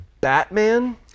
Batman